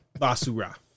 Basura